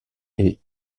est